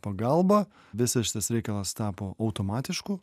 pagalba visas šitas reikalas tapo automatišku